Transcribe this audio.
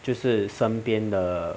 就是身边的